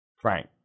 Frank